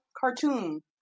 cartoon